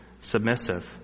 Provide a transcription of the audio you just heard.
submissive